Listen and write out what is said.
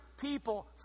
people